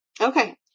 Okay